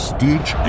Stitch